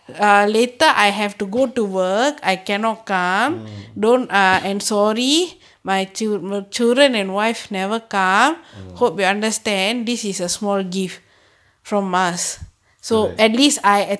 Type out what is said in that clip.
mm mm correct